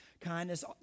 kindness